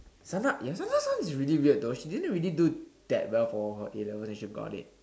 Sana ya Sana's one is really weird though she didn't really do that well for her A-level and she got it